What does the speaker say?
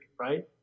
right